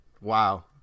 Wow